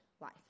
life